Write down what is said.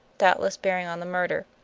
doubtless bearing on the murder.